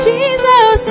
Jesus